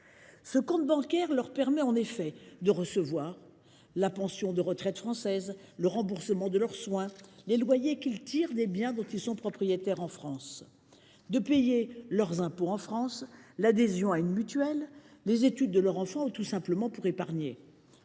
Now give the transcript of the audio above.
Ce compte bancaire leur permet en effet de recevoir la pension de retraite française, le remboursement de leurs soins et les loyers qu’ils tirent des biens dont ils sont propriétaires en France ; de payer leurs impôts en France, d’adhérer à une mutuelle ou de régler les études de leurs enfants ; ou, tout simplement, d’épargner.